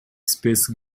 space